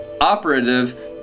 operative